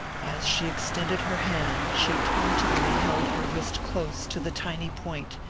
as she extended her hand she tauntingly held her wrist close to the tiny point,